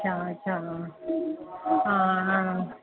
अच्छा अच्छा हा